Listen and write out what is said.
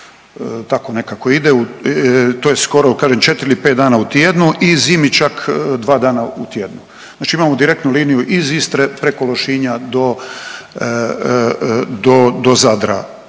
tako nekako ide to je skoro četri ili pet dana u tjednu i zimi čak dva dana u tjednu. Znači imamo direktnu liniju iz Istre preko Lošinja do Zadra.